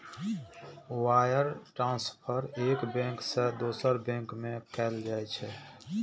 wire transfer एक bank सं दोसर बैंक में कैल जाइ छै